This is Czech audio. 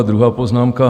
Druhá poznámka.